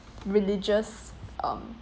religious um